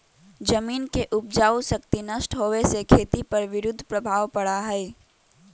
जमीन के उपजाऊ शक्ति नष्ट होवे से खेती पर विरुद्ध प्रभाव पड़ा हई